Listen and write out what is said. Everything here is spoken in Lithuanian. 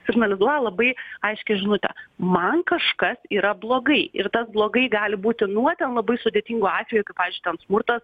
signalizuoja labai aiškią žinutę man kažkas yra blogai ir tas blogai gali būti nuo ten labai sudėtingų atvejų pavyzdžiui ten smurtas